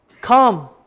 Come